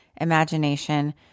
imagination